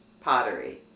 pottery